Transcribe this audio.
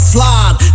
Slide